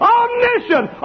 omniscient